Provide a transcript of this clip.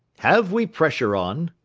have we pressure on?